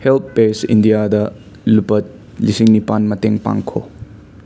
help page ꯏꯟꯗꯤꯌꯥꯗ ꯂꯨꯄꯥ ꯂꯤꯁꯤꯡ ꯅꯤꯄꯥꯟ ꯃꯇꯦꯡ ꯄꯥꯡꯈꯣ